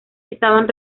estaban